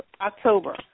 October